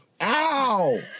Ow